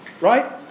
Right